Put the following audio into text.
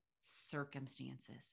circumstances